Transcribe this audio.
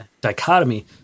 dichotomy